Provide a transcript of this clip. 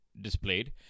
displayed